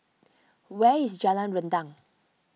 where is Jalan Rendang